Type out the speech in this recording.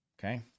okay